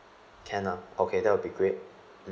can lah okay that would be great mm